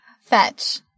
fetch